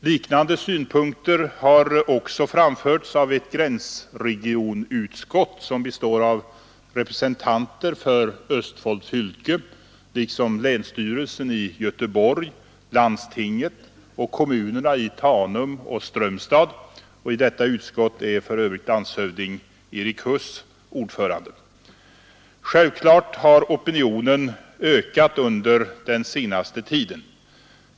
Liknande synpunkter har också framförts av ett gränsregionsutskott, som bestått av representanter för Östfold fylke liksom länsstyrelsen i Göteborg, landstinget och kommunerna i Tanum och Strömstad. I detta utskott är för övrigt landshövding Erik Huss ordförande. Självklart har opinionen förstärkts under den senaste tiden.